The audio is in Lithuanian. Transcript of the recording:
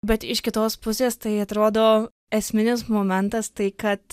bet iš kitos pusės tai atrodo esminis momentas tai kad